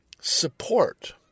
support